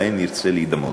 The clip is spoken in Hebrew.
שלהן נרצה להידמות.